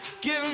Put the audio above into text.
Give